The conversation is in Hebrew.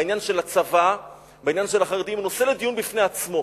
העניין של הצבא והחרדים הוא נושא לדיון בפני עצמו.